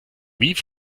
wie